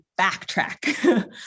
backtrack